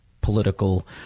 political